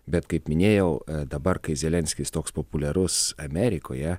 bet kaip minėjau dabar kai zelenskis toks populiarus amerikoje